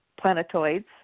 planetoids